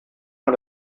man